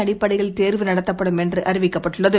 அடிப்படையில் தேர்வு நடத்தப்படும் என்றுஅறிவிக்கப்பட்டுள்ளது